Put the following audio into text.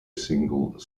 single